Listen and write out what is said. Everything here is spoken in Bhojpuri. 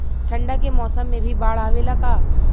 ठंडा के मौसम में भी बाढ़ आवेला का?